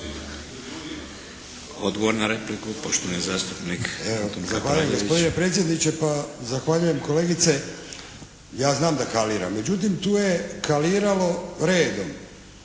**Kapraljević, Antun (HNS)** Zahvaljujem gospodine predsjedniče. Zahvaljujem kolegice, ja znam da kalira. Međutim, tu je kaliralo redom.